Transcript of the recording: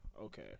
Okay